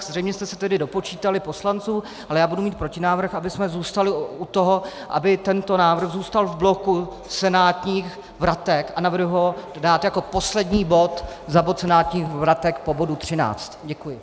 Zřejmě jste se dopočítali poslanců, ale já budu mít protinávrh, abychom zůstali u toho, aby tento návrh zůstal v bloku senátních vratek, a navrhuji ho dát jako poslední bod za bod senátních vratek po bodu 13. Děkuji.